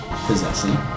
Possession